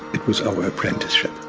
it was our apprenticeship.